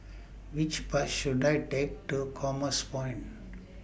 Which Bus should I Take to Commerce Point